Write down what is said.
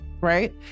right